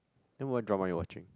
that what drama you watching